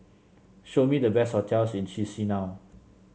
show me the best hotels in Chisinau